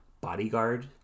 bodyguard